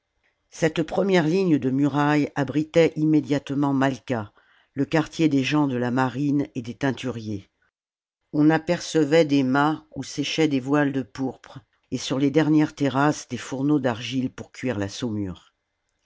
cette première ligne de murailles abritait immédiatement malqua le quartier des gens de la marine et des teinturiers on apercevait des mâts où séchaient des voiles de pourpre et sur les dernières terrasses des fourneaux d'argile pour cuire la saumure